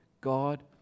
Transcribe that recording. God